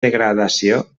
degradació